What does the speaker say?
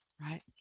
right